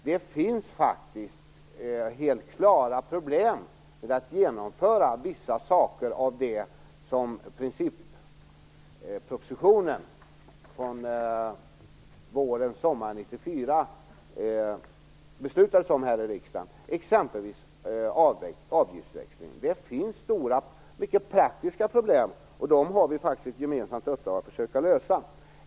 Det finns faktiskt helt klara problem med att genomföra vissa saker som fanns med i princippropositionen från våren-sommaren 1994 och som riksdagen då fattade beslut om. Det gäller exempelvis avgiftsväxlingen. Det finns stora, mycket praktiska problem, och dem har vi faktiskt ett gemensamt uppdrag att försöka lösa.